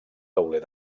tauler